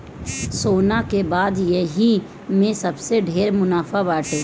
सोना के बाद यही में सबसे ढेर मुनाफा बाटे